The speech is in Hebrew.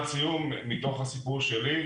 מתוך הסיפור שלי,